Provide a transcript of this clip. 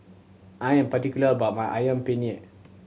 I am particular about my Ayam Penyet